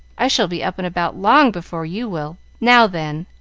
i shall be up and about long before you will. now then!